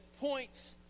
points